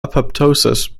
apoptosis